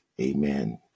Amen